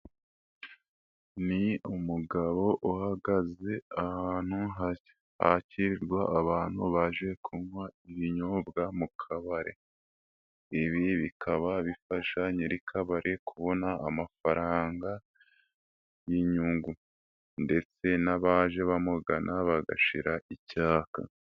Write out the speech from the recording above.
Ni umugabo uhagaze ahantu hakirwa abantu baje kunywa ibinyobwa mu kabari, ibi bikaba bifasha nyirikabari kubona amafaranga y'inyungu ndetse n'abaje bamugana bagashira icyayaka.